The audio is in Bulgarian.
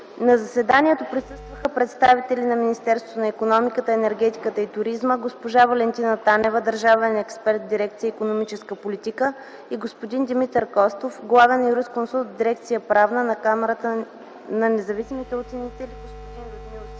На заседанието присъстваха представители на Министерство на икономиката, енергетиката и туризма: госпожа Валентина Танева – държавен експерт в дирекция „Икономическа политика”, и господин Димитър Костов – главен юрисконсулт в дирекция „Правна”, на Камарата на независимите оценители: господин Людмил Симов,